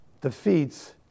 defeats